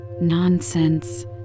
Nonsense